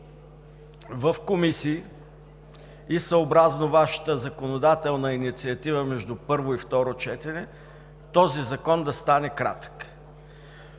в комисиите и съобразно Вашата законодателна инициатива – между първо и второ четене, този закон да стане кратък.